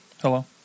hello